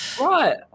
Right